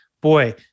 Boy